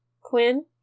Quinn